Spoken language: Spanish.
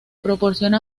proporciona